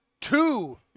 two